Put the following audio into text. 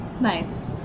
Nice